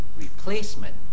replacement